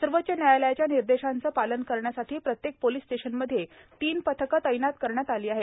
सर्वोच्च न्यायालयाच्या निर्देशाचे पालन करण्यासाठी प्रत्येक पोलिस स्टेशनमध्ये तीन पथके तैनात करण्यात आली आहेत